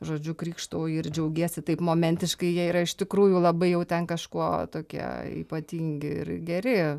žodžiu krikštauji ir džiaugiesi taip momentiškai jie yra iš tikrųjų labai jau ten kažkuo tokie ypatingi ir geri